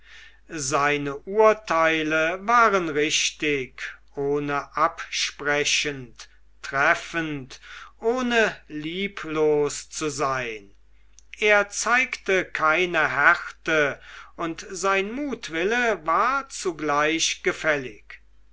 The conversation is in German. seine urteile waren richtig ohne absprechend treffend ohne lieblos zu sein er zeigte keine härte und sein mutwille war zugleich gefällig